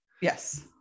yes